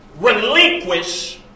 relinquish